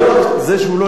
זה שהוא לא נסגר,